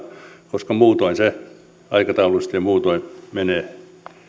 koska muutoin se aikataulullisesti ja muutoin menee